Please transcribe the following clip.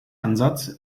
ansatz